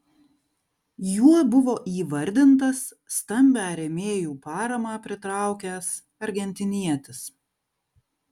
juo buvo įvardintas stambią rėmėjų paramą pritraukęs argentinietis